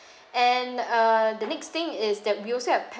and uh the next thing is that we also have